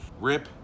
Rip